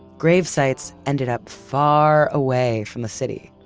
grave sites ended up far away from the city